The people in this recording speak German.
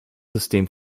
system